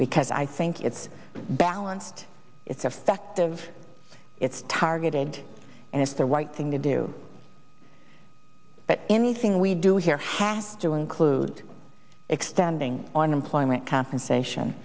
because i think it's balanced it's effective it's targeted and it's the right thing to do but anything we do here hass to include extending unemployment compensation